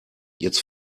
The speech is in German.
jetzt